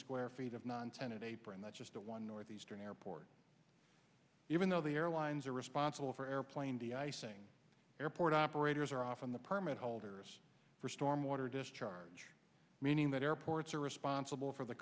square feet of non tenured apron that's just a one north eastern airport even though the airlines are responsible for airplane the icing airport operators are often the permit holders for stormwater discharge meaning that airports are responsible for the